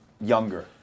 Younger